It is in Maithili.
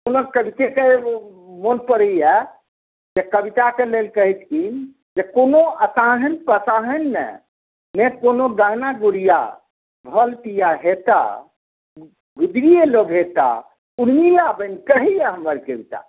हुनक कविते मोन परैया कविताक लेल कहै छथिन जे कोनो असाहिन पसाहिन ने ने कोनो गहना गुड़िया भेल विवाहेटा गुदरिय लऽ कऽ एता उलिया बनि कहैया हमर कविता